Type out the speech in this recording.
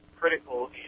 critical